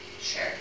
Sure